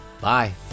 Bye